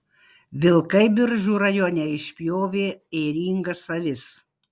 vilkai biržų rajone išpjovė ėringas avis